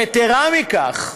יתרה מזו,